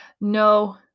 No